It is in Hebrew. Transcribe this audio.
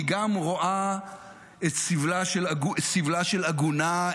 היא גם רואה את סבלה של עגונה,